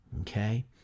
okay